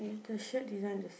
is the shirt design the